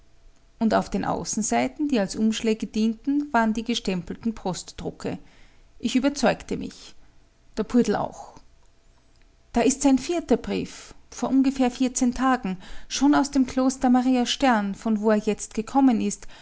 und auf den außenseiten die als umschläge dienten waren die gestempelten postdrucke ich überzeugte mich der poldl auch da ist sein vierter brief vor ungefähr vierzehn tagen schon aus dem kloster maria stern von wo er jetzt gekommen ist